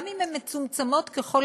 גם אם הן מצומצמות ביותר,